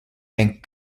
and